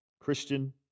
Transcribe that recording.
Christian